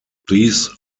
these